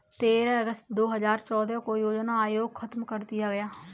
तेरह अगस्त दो हजार चौदह को योजना आयोग खत्म कर दिया गया